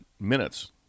minutes